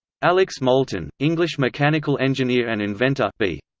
alex moulton, english mechanical engineer and inventor b.